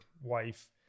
wife